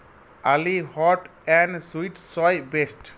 oly hot and sweet soy paste